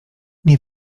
nie